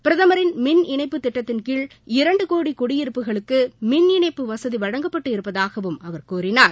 பிரதமரின் மின்இணைப்பு திட்டத்தின் கீழ் இரண்டு கோடி குடியிருப்புகளுக்கு மின்இணைப்பு வசதி வழங்கப்பட்டு இருப்பதாகவும் அவர் கூறினார்